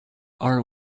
are